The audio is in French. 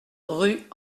rue